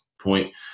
point